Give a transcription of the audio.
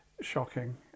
shocking